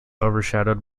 overshadowed